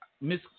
miss